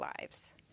lives